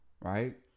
right